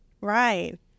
right